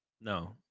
no